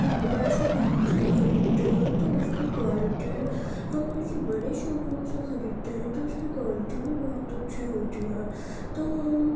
ویسے کہیں سے خریدتے ہیں تو اس کی کوالٹی ہم کسی بڑے شو روم سے خریدتے ہیں تو اس کی کوالٹی بھی بہت اچھی ہوتی ہے تو ہم